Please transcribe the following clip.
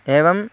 एवम्